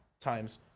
times